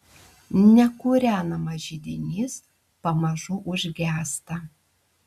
nekūrenamas židinys pamažu užgęsta